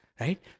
right